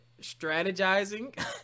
strategizing